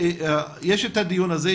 יש את הדיון הזה,